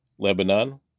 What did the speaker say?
Lebanon